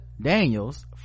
daniels